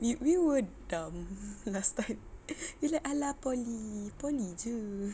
we we were dumb last time we like !alah! poly poly jer